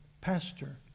pastor